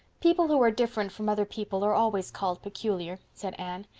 people who are different from other people are always called peculiar, said anne.